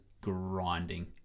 grinding